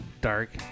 dark